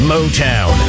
Motown